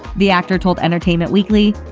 the actor told entertainment weekly,